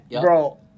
bro